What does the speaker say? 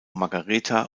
margaretha